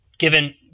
Given